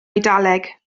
eidaleg